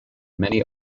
many